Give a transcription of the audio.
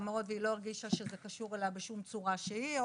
מאוד והיא לא הרגישה שזה קשור אליה בשום צורה שהיא,